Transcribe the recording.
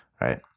right